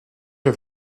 are